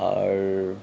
আর